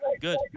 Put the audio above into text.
Good